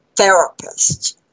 therapists